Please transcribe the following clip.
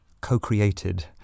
co-created